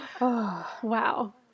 wow